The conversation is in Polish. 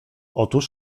otóż